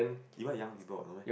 E_Y young people or no meh